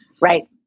Right